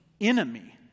enemy